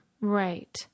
right